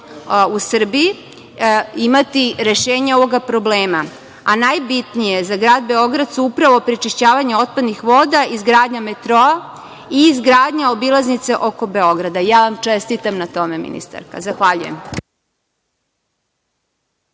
u Srbiji, imati rešenje ovoga problema, a najbitnije za grad Beograd su upravo prečišćavanje otpadnih voda, izgradnja metroa i izgradnja obilaznice oko Beograda. Ja vam čestitam na tome ministarka. Zahvaljujem.